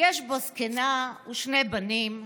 יש בו זקנה ושני בנים,